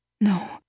No